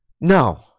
No